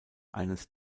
eines